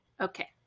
Okay